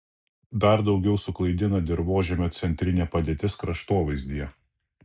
dar daugiau suklaidina dirvožemio centrinė padėtis kraštovaizdyje